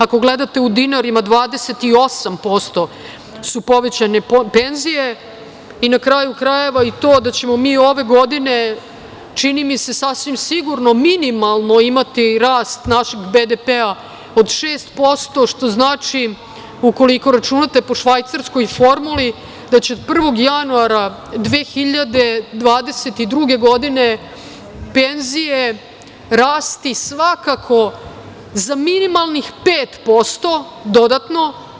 Ako gledate u dinarima, 28% su povećane penzije i na kraju krajeva i to da ćemo ove godine, čini mi se sasvim sigurno minimalno imati rast našeg BDP od 6% što znači, ukoliko računate po švajcarskoj formuli da će 1. januara 2022. godine penzije rasti svakako za minimalnih 5% dodatno.